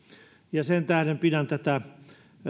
ja sen tähden pidän tätä